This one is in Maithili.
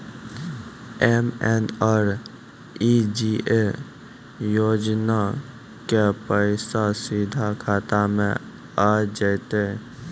एम.एन.आर.ई.जी.ए योजना के पैसा सीधा खाता मे आ जाते?